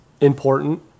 important